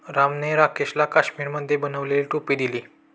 रामने राकेशला काश्मिरीमध्ये बनवलेली टोपी दिली